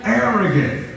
arrogant